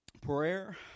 Prayer